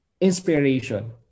inspiration